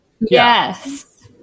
yes